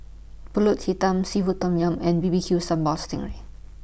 Pulut Hitam Seafood Tom Yum and B B Q Sambal Sting Ray